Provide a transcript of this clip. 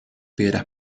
piedras